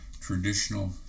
traditional